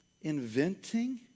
inventing